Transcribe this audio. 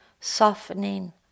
softening